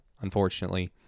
unfortunately